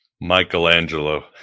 Michelangelo